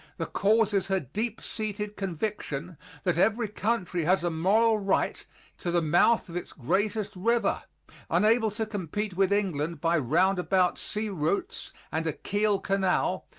the cause is her deep-seated conviction that every country has a moral right to the mouth of its greatest river unable to compete with england, by roundabout sea routes and a kiel canal,